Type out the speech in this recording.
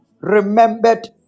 remembered